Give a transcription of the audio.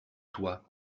toi